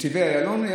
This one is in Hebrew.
לא, נתיבי איילון.